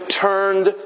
turned